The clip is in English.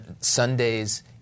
Sunday's